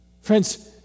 Friends